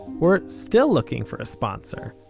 we're still looking for a sponsor.